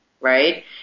Right